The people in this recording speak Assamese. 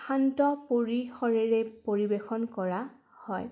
শান্ত পৰিশৰেৰে পৰিৱেশন কৰা হয়